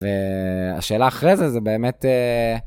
והשאלה אחרי זה, זה באמת...